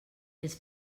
els